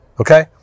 okay